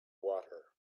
water